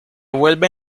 vuelve